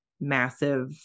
massive